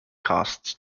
costs